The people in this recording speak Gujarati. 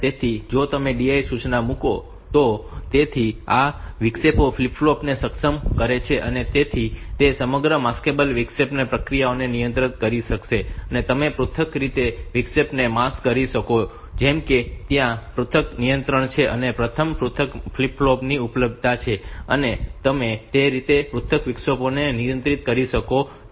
તેથી જો તમે DI સૂચના મૂકો તો તેથી આ વિક્ષેપ ફ્લિપ ફ્લોપ ને સક્ષમ કરે છે જેથી તે સમગ્ર માસ્કેબલ વિક્ષેપ પ્રક્રિયાને નિયંત્રિત કરશે અને તમે પૃથક રીતે વિક્ષેપને માસ્ક કરી શકો છો જેમ કેત્યાં પૃથક નિયંત્રણો છે અને પૃથક માસ્ક ફ્લિપ ફ્લોપ ઉપલબ્ધ છે અને તમે તે રીતે પૃથક વિક્ષેપોને નિયંત્રિત કરી શકો છો